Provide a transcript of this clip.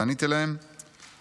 ועניתי להם '4643491'.